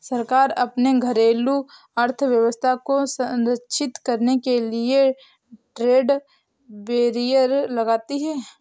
सरकार अपने घरेलू अर्थव्यवस्था को संरक्षित करने के लिए ट्रेड बैरियर लगाती है